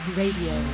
radio